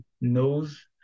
knows